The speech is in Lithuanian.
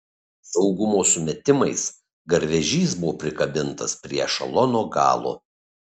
saugumo sumetimais garvežys buvo prikabintas prie ešelono galo